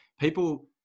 people